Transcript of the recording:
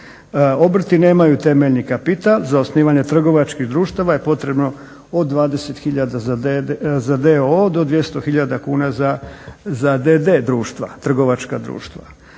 obrti nemaju temeljni kapital. Za osnivanje trgovačkih društava je potrebno od 20 hiljada za d.o.o. do 200 hilja d.d. društva, trgovačka društva.